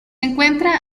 encuentra